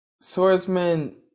swordsman